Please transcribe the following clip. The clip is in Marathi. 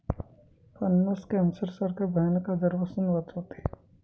अननस कॅन्सर सारख्या भयानक आजारापासून वाचवते